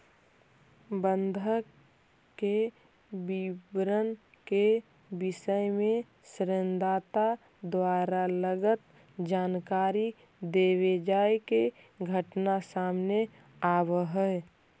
बंधक के विवरण के विषय में ऋण दाता द्वारा गलत जानकारी देवे जाए के घटना सामने आवऽ हइ